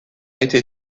été